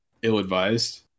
Ill-advised